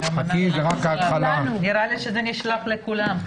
אולי רק תסבירו על איזה סעיף אתם מסתמכים.